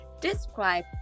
describe